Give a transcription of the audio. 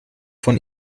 von